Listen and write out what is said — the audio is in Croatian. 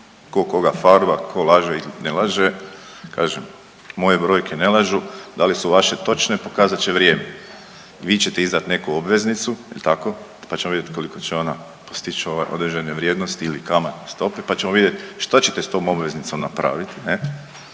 tko koga farba, tko laže i ne laže. Kažem moje brojke ne lažu. Da li su vaše točne pokazat će vrijeme. Vi ćete izdat neku obveznicu jel' tako, pa ćemo vidjet koliko će ona postići određene vrijednosti ili kamatne stope, pa ćemo vidjeti što ćete sa tom obveznicom napraviti